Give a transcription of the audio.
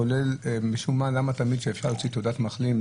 כולל משום מה למה תמיד שאפשר להוציא תעודת מחלים,